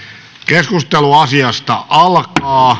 keskustelu asiasta alkaa